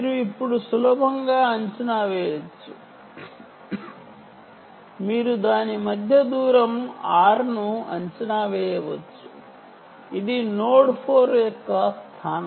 మీరు ఇప్పుడు సులభంగా దాని స్థానం node 4 యొక్క స్థానం మధ్య దూరం r ను సరళమైన సమీకరణం ద్వారా అంచనా వేయవచ్చు